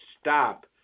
stop